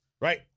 Right